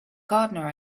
gardener